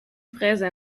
fräse